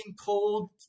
cold